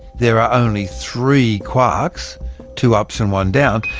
there are only three quarks two ups and one down.